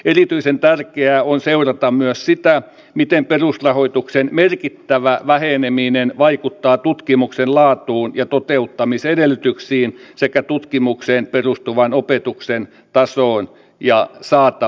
erityisen tärkeää on seurata myös sitä miten perusrahoituksen merkittävä väheneminen vaikuttaa tutkimuksen laatuun ja toteuttamisedellytyksiin sekä tutkimukseen perustuvan opetuksen tasoon ja saatavuuteen